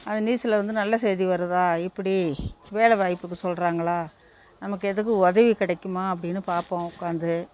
அந்த நியூஸில் வந்து நல்ல செய்தி வருதா எப்படி வேலைவாய்ப்புக்கு சொல்கிறாங்களா நமக்கு எதுக்கும் உதவி கிடைக்குமா அப்படின்னு பார்ப்போம் உட்காந்து